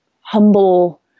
humble